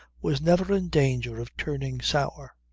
was never in danger of turning sour.